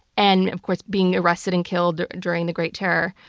and, of course, being arrested and killed during the great terror.